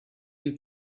you